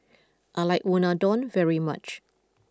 I like Unadon very much